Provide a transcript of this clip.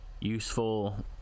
useful